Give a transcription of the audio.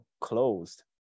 closed